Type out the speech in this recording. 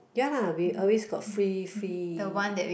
ya lah we always got free free